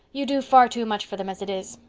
you do far too much for them as it is.